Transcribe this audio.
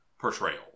portrayal